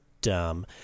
dumb